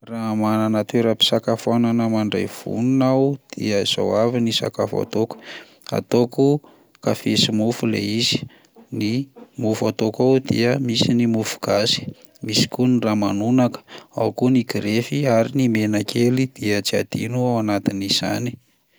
Raha manana toeram-pisakafoanana mandray vonona aho dia izao ny sakafo ataoko: ataoko kafe sy mofo ilay izy, ny mofo ataoko ao dia misy ny mofogasy, misy koa ny ramanonaka, ao koa ny grefy ary ny menakely dia tsy adino ao anatin'izany.